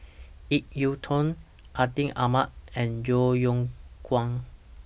Ip Yiu Tung Atin Amat and Yeo Yeow Kwang